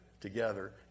together